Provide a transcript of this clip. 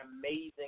amazing